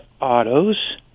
autos